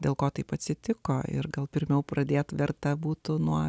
dėl ko taip atsitiko ir gal pirmiau pradėti verta būtų nuo